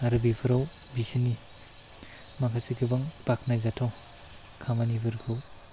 आरो बेफोराव बिसोरनि माखासे गोबां बाख्नाय जाथाव खामानिफोरखौ